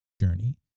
journey